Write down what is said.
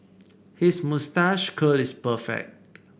his moustache curl is perfect